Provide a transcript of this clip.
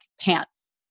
pants